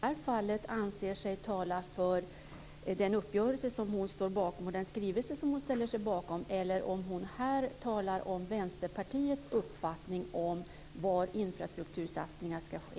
Fru talman! Jag vill fråga om Gunilla Wahlén i det här fallet anser sig tala för den uppgörelse som hon står bakom och den skrivelse som hon ställer sig bakom eller om hon här talar om Vänsterpartiets uppfattning om var infrastruktursatsningar ska ske.